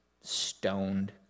stoned